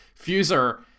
fuser